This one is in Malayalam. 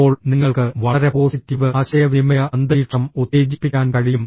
അപ്പോൾ നിങ്ങൾക്ക് വളരെ പോസിറ്റീവ് ആശയവിനിമയ അന്തരീക്ഷം ഉത്തേജിപ്പിക്കാൻ കഴിയും